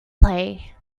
play